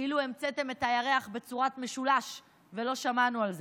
כאילו המצאתם את הירח בצורת משולש ולא שמענו על זה.